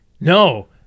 No